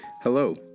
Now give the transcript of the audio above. Hello